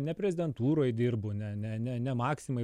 ne prezidentūroj dirbu ne ne ne ne maximai